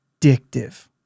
addictive